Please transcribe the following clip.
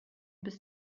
bis